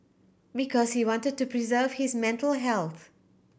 because he wanted to preserve his mental health